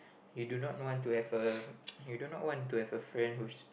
you do not want to have a you do not want to have friend who's